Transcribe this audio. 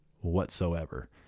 whatsoever